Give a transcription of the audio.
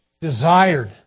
desired